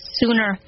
sooner